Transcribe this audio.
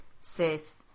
Seth